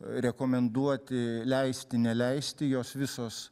rekomenduoti leisti neleisti jos visos